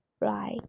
right